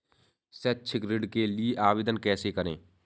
शैक्षिक ऋण के लिए आवेदन कैसे करें?